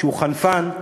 שהוא חנפן,